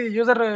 user